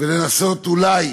ולנסות אולי